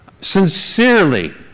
sincerely